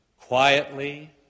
quietly